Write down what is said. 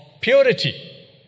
purity